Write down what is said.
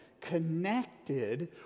connected